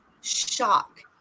shock